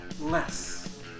less